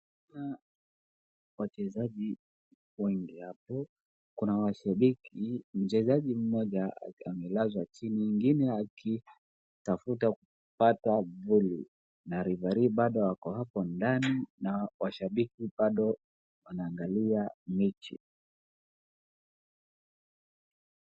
Wachezaji wengi hapo, kuna mashabiki, mchezaji mmoja amelazwa chini, mwingine akitafuta kupata na referee bado ako hapo ndani na washabiki bado wanaangalia mechi.